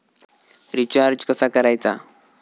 Recharge कसा करायचा?